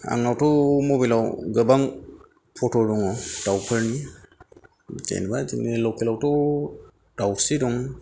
आंनावथ' मबाइल आव गोबां फत' दङ दाउफोरनि जेनेबा जोंनि लकेल आवथ' दाउस्रि दं